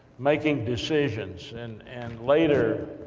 making decisions, and and later,